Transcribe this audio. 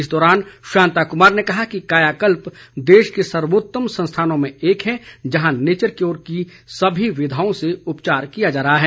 इस दौरान शांता कुमार ने कहा कि कायाकल्प देश के सर्वोतम संस्थानों में एक है जहां नेचर क्योर की सभी विधाओं से उपचार किया जा रहा है